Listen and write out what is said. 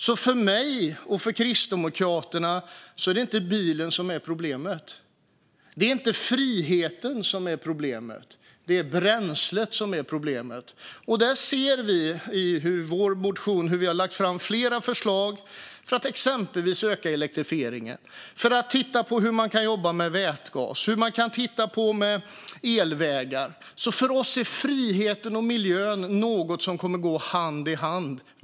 För mig och för Kristdemokraterna är det inte bilen som är problemet. Det är inte friheten som är problemet - det är bränslet som är problemet. Där har vi i vår motion lagt fram flera förslag för att exempelvis öka elektrifieringen och titta på hur man kan jobba med vätgas och elvägar. För oss är friheten och miljön något som kommer att gå hand i hand.